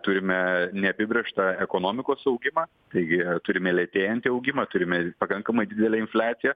turime neapibrėžtą ekonomikos augimą taigi turime lėtėjantį augimą turime pakankamai didelę infliaciją